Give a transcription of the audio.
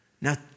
now